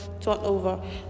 turnover